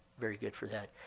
very good for that.